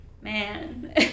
man